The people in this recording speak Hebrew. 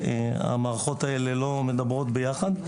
המערכות האלה לא מדברות ביחד.